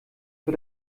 für